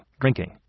drinking